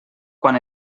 quan